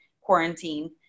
quarantine